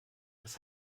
das